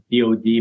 DOD